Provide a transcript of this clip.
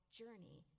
journey